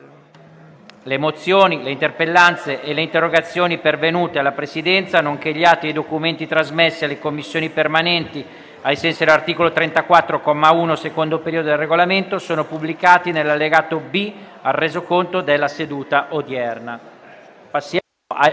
Le mozioni, le interpellanze e le interrogazioni pervenute alla Presidenza, nonché gli atti e i documenti trasmessi alle Commissioni permanenti ai sensi dell'articolo 34, comma 1, secondo periodo, del Regolamento sono pubblicati nell'allegato B al Resoconto della seduta odierna.